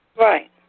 Right